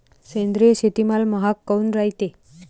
सेंद्रिय शेतीमाल महाग काऊन रायते?